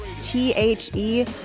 T-H-E